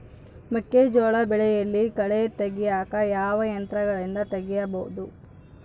ಮೆಕ್ಕೆಜೋಳ ಬೆಳೆಯಲ್ಲಿ ಕಳೆ ತೆಗಿಯಾಕ ಯಾವ ಯಂತ್ರಗಳಿಂದ ತೆಗಿಬಹುದು?